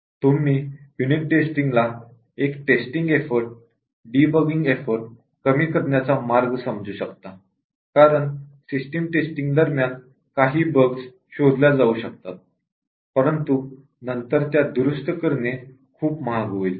तुम्ही युनिट टेस्टिंगला एक टेस्टिंग एफर्ट डीबगिंग एफर्ट कमी करण्याचा मार्ग समजू शकता कारण सिस्टम टेस्टिंग दरम्यान काही बग्स शोधल्या जाऊ शकतात परंतु नंतर त्या दुरुस्त करणे खूप महाग होईल